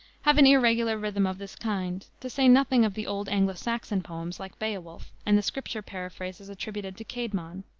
have an irregular rhythm of this kind, to say nothing of the old anglo-saxon poems, like beowulf, and the scripture paraphrases attributed to caedmon.